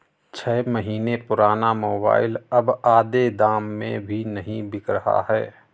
छह महीने पुराना मोबाइल अब आधे दाम में भी नही बिक रहा है